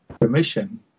permission